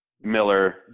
Miller